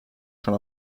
schon